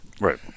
right